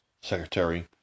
secretary